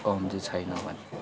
कमी चाहिँ छैन भने